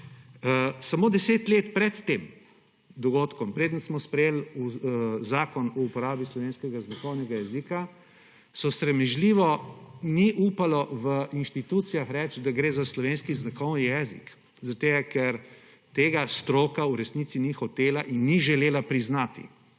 samo 10 let pred tem dogodkom, preden smo sprejeli Zakon o uporabi slovenskega znakovnega jezika, se sramežljivo ni upalo v institucijah reči, da gre za slovenski znakovni jezik zaradi tega, ker tega stroka v resnici ni hotela in ni želela priznati.